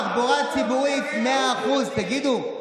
תחבורה ציבורית: 100%. תגידו,